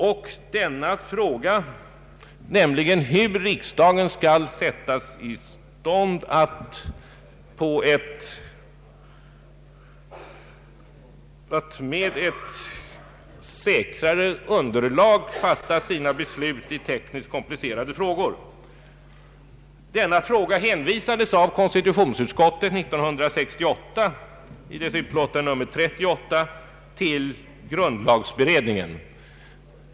Frågan om på vilket sätt riksdagen skall kunna få ett säkrare underlag för sina beslut i tekniskt komplicerade frågor hänvisades den gången av konstitutionsutskottet, i utskottets utlåtande nr 38, till grundlagberedningen.